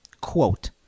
Quote